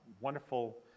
wonderful